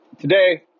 today